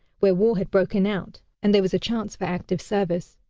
where war had broken out and there was a chance for active service.